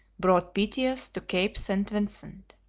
brought pytheas to cape st. vincent.